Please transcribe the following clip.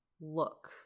look